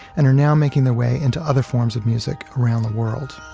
and are now making their way into other forms of music around the world.